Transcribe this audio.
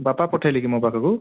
ବାପା ପଠେଇଲେ କି ମୋ ପାଖକୁ